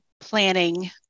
planning